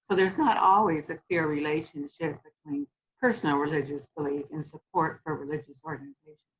but there's not always a pure relationship between personal religious belief and support for religious ordinances.